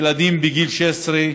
ילדים בגיל 16,